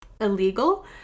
illegal